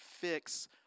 fix